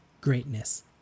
Greatness